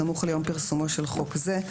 סמוך ליום פרסומו של חוק זה,